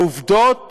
העובדות